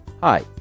Hi